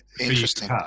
interesting